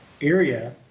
area